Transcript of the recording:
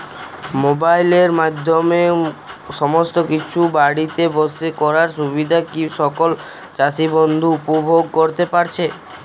মোবাইলের মাধ্যমে সমস্ত কিছু বাড়িতে বসে করার সুবিধা কি সকল চাষী বন্ধু উপভোগ করতে পারছে?